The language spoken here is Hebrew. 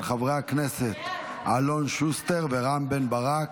של חברי הכנסת אלון שוסטר ורם בן ברק.